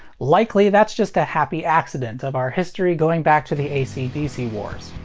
likely that's just a happy accident of our history going back to the ac dc wars.